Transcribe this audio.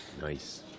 Nice